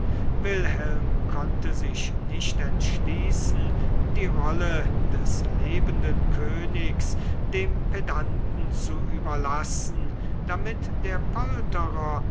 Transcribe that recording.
wilhelm konnte sich nicht entschließen die rolle des lebenden königs dem pedanten zu überlassen damit der